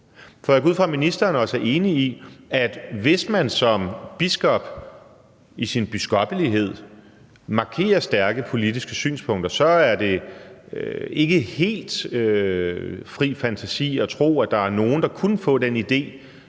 For jeg går ud fra, at ministeren også er enig i, at det, hvis man som biskop i sin biskoppelighed markerer stærke politiske synspunkter, så ikke er helt fri fantasi at tro, at der var nogen, der kunne få den idé,